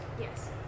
Yes